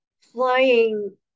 flying